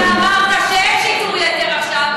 אם את מעוניינת לשאול אותה,